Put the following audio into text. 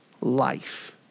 life